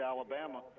Alabama